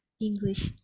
English